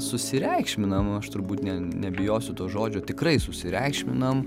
susireikšminam aš turbūt ne nebijosiu to žodžio tikrai susireikšminam